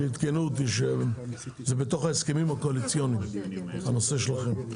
עדכנו אותי שזה בתוך ההסכמים הקואליציוניים הנושא שלכם.